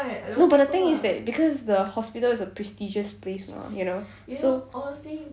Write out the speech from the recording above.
no but the thing is that because the hospital is a prestigious place mah you know so